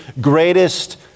greatest